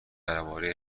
درباره